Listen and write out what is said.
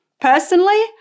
Personally